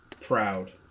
proud